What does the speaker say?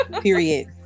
Period